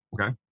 Okay